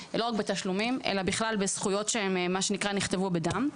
לא רק בתשלומים אלא בכלל בזכויות שנכתבו בדם.